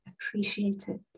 appreciated